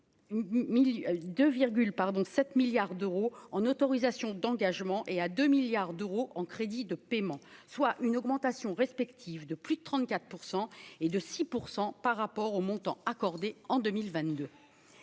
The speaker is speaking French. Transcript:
7 milliards d'euros en autorisations d'engagement et à 2 milliards d'euros en crédits de paiement, soit une augmentation respective de plus de 34 % et de 6 % par rapport au montant accordé en 2022